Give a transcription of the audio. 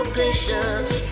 patience